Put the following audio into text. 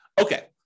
Okay